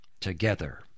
together